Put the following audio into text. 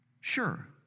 sure